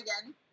again